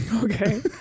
Okay